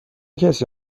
کسی